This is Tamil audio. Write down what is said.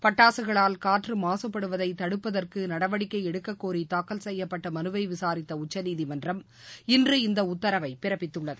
பட்டாசுகளால் காற்று மாசுபடுவதை தடுப்பதற்கு நடவடிக்கை எடுக்கக்கோரி தாக்கல் செய்யப்பட்ட மனுவை விசாரித்த உச்சநீதிமன்றம் இன்று இந்த உத்தரவை பிறப்பித்துள்ளது